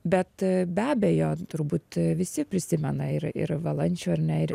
bet be abejo turbūt visi prisimena ir ir valančių ar ne ir